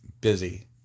Busy